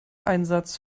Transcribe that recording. einsatz